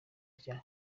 rya